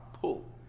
pull